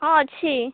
ହଁ ଅଛି